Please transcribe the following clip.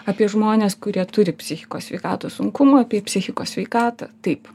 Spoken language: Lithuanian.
apie žmones kurie turi psichikos sveikatos sunkumų apie psichikos sveikatą taip